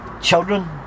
children